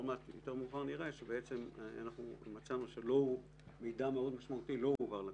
יותר מאוחר נראה שמצאנו שמידע מאוד משמעותי לא הועבר לקבינט.